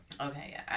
Okay